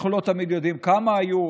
אנחנו לא תמיד יודעים כמה היו,